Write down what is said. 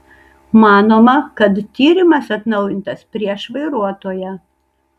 manoma kad tyrimas atnaujintas prieš vairuotoją